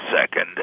second